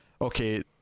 okay